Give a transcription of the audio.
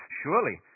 surely